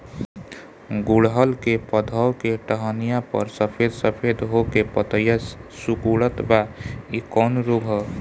गुड़हल के पधौ के टहनियाँ पर सफेद सफेद हो के पतईया सुकुड़त बा इ कवन रोग ह?